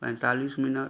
पैंतालीस मिनट